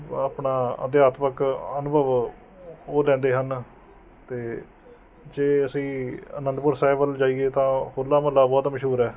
ਆਪਣਾ ਅਧਿਆਤਮਿਕ ਅਨੁਭਵ ਉਹ ਲੈਂਦੇ ਹਨ ਅਤੇ ਜੇ ਅਸੀਂ ਅਨੰਦਪੁਰ ਸਾਹਿਬ ਵੱਲ ਜਾਈਏ ਤਾਂ ਹੋਲਾ ਮੁਹੱਲਾ ਬਹੁਤ ਮਸ਼ਹੂਰ ਹੈ